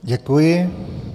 Děkuji.